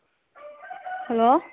hello